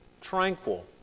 tranquil